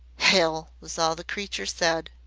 hell! was all the creature said.